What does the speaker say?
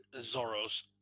Zoro's